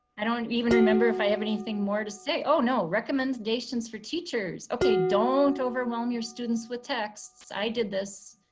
i don't even remember if i have anything more to say. oh no, recommendations for teachers. okay don't overwhelm your students with texts. i did this,